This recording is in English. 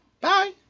Bye